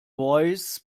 voice